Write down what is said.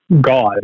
God